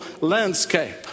landscape